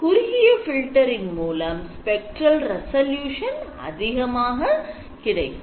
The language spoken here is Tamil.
குறுகிய filter இன் மூலம் spectral resolution அதிகமாக கிடைக்கும்